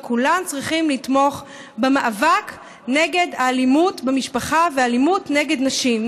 וכולם צריכים לתמוך במאבק נגד אלימות במשפחה ואלימות נגד נשים.